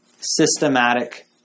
systematic